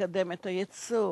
לקדם את הייצור,